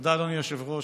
תודה, אדוני היושב-ראש.